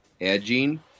edging